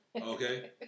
Okay